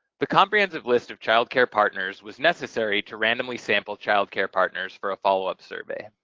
the comprehensive list of child care partners was necessary to randomly sample child care partners for a follow-up survey.